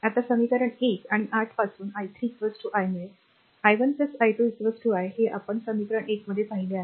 आता समीकरण १ आणि ८ पासून i3 i मिळेल i1 i2 i हे आपण समीकरण १ मध्ये पहिले आहे